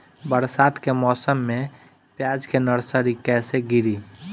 बरसात के मौसम में प्याज के नर्सरी कैसे गिरी?